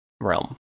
Realm